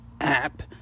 app